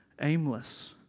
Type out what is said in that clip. aimless